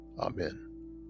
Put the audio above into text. Amen